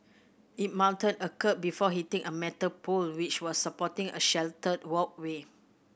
it mounted a kerb before hitting a metal pole which was supporting a sheltered walkway